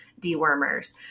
dewormers